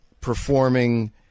performing